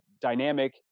dynamic